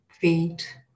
feet